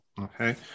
Okay